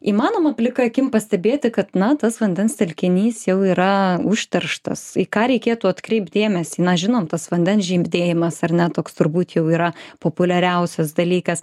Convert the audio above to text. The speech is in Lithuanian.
įmanoma plika akim pastebėti kad na tas vandens telkinys jau yra užterštas į ką reikėtų atkreipt dėmesį na žinom tas vandens žydėjimas ar ne toks turbūt jau yra populiariausias dalykas